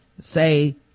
say